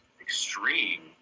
extreme